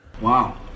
Wow